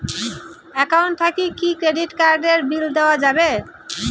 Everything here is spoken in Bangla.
একাউন্ট থাকি কি ক্রেডিট কার্ড এর বিল দেওয়া যাবে?